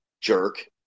jerk